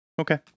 Okay